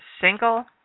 single